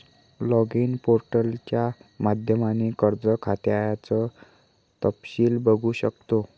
login पोर्टलच्या माध्यमाने कर्ज खात्याचं तपशील बघू शकतो